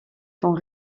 font